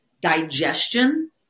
digestion